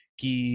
que